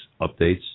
updates